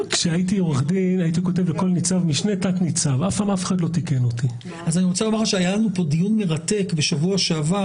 קודם כל אני חייב לומר לכל חברי הכנסת בהווה ולשעבר